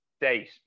date